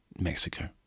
Mexico